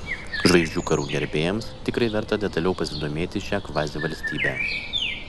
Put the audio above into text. žvaigždžių karų gerbėjams tikrai verta detaliau pasidomėti šia kvazivalstybe